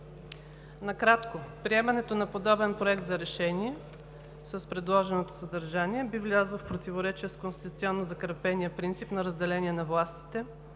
Накратко. Приемането на подобен проект на решение с предложеното съдържание би влязло в противоречие с конституционно закрепения принцип на разделение на властите,